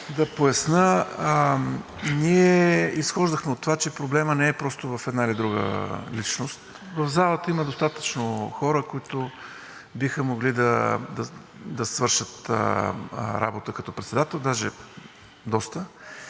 да поясня. Ние изхождахме от това, че проблемът не е просто в една или друга личност. В залата има достатъчно хора, които биха могли да свършат работа като председател, даже доста.